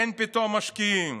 אין פתאום משקיעים.